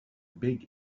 big